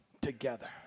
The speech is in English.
together